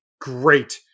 great